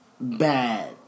bad